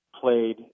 played